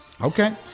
Okay